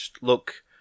look